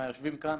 מהיושבים כאן,